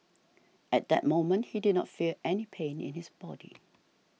at that moment he did not feel any pain in his body